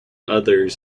others